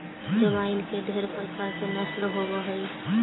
जमाइन के ढेर प्रकार के नस्ल होब हई